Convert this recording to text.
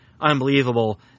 unbelievable